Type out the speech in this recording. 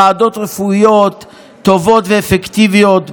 ועדות רפואיות טובות ואפקטיביות,